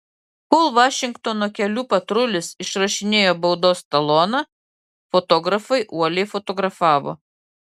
kol vašingtono kelių patrulis išrašinėjo baudos taloną fotografai uoliai fotografavo